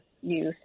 youth